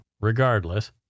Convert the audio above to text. Regardless